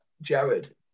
jared